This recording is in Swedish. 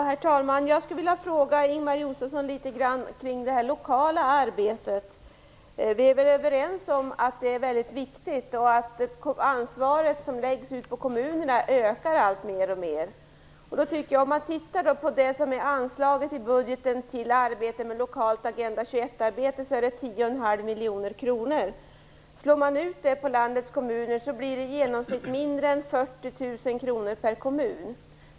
Herr talman! Jag skulle vilja fråga Ingemar Josefsson något om det lokala arbetet. Vi är överens om att detta är väldigt viktigt och att det ansvar som läggs ut på kommunerna ökar alltmer. Om man då tittar på det som anslås i budgeten till lokalt Agenda 21-arbete, finner man att det är 10,5 miljoner kronor. Om man slår ut det på landets kommuner blir det i genomsnitt mindre än 40 000 kr per kommun.